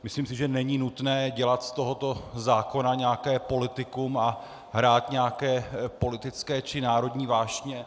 Myslím si, že není nutné dělat z tohoto zákona nějaké politikum a hrát nějaké politické či národní vášně.